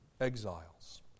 exiles